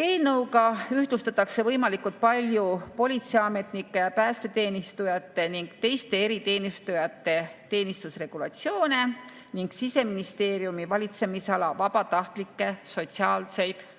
Eelnõuga ühtlustatakse võimalikult palju politseiametnike ja päästeteenistujate ning teiste eriteenistujate teenistusregulatsioone ning Siseministeeriumi valitsemisala vabatahtlike sotsiaalseid